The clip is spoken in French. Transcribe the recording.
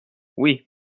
oui